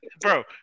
bro